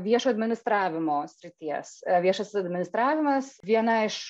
viešo administravimo srities viešas administravimas viena iš